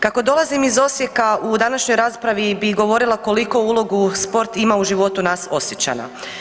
Kako dolazim iz Osijeka, u današnjoj raspravi bi govorila koliko ulogu sport ima u životu nas Osječana.